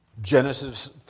Genesis